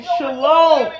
Shalom